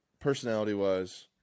Personality-wise